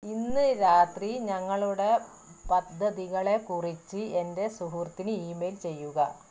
ഇന്ന് രാത്രി ഞങ്ങളുടെ പദ്ധതികളെക്കുറിച്ച് എൻ്റെ സുഹൃത്തിന് ഇമെയിൽ ചെയ്യുക